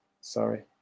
Sorry